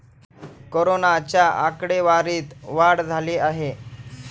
कोरोनाच्या आकडेवारीत वाढ झाली आहे